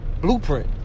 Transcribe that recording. blueprint